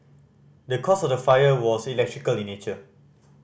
the cause of the fire was electrical in nature